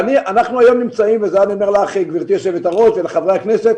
אנחנו היום נמצאים וזה אני אומר לך גברתי יושבת הראש ולחברי הכנסת